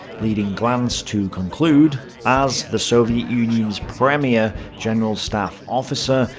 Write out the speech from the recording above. leading glantz to conclude as the soviet union's premier general staff officer,